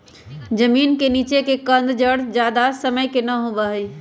जमीन के नीचे के कंद जड़ ज्यादा समय के ना होबा हई